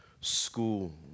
school